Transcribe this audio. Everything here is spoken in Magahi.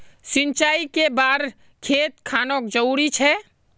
सिंचाई कै बार खेत खानोक जरुरी छै?